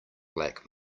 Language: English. black